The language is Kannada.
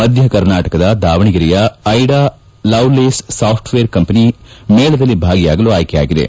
ಮಧ್ಯ ಕರ್ನಾಟಕದ ದಾವಣಗೆರೆಯ Ada Lovelace software company ಮೇಳದಲ್ಲಿ ಭಾಗಿಯಾಗಲು ಆಯ್ಕೆಯಾಗಿದೆ